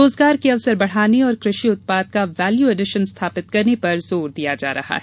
रोजगार के अवसर बढ़ाने और कृषि उत्पाद का वैल्यू एडिशन स्थापित करने पर जोर दिया जा रहा है